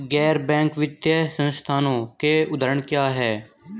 गैर बैंक वित्तीय संस्थानों के उदाहरण क्या हैं?